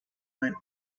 went